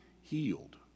healed